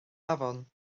afon